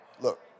look